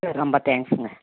ரொம்ப தேங்க்ஸ்சுங்க